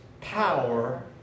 power